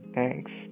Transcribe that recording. Thanks